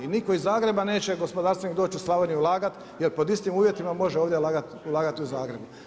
I nitko iz Zagreba neće gospodarstvenik doć u Slavoniju ulagat jel pod istim uvjetima može ovdje ulagati u Zagrebu.